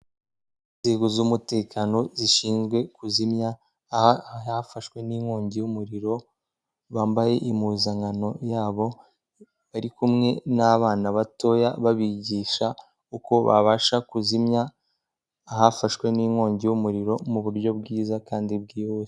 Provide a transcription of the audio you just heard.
Inzego z'umutekano zishinzwe kuzimya ahafashwe n'inkongi y'umuriro, bambaye impuzankano yabo, bari kumwe n'abana batoya, babigisha uko babasha kuzimya ahafashwe n'inkongi y'umuriro, mu buryo bwiza kandi bwihuse.